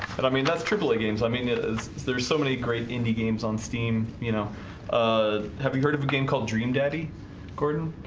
but i mean that's triple a games i mean it is there's so many great indie games on steam you know have you heard of a game called dream daddy gordon?